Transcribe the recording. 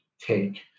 take